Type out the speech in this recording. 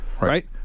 right